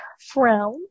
Frown